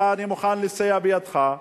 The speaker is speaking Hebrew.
אני מוכן לסייע בידך.